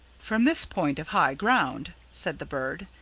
from this point of high ground, said the bird,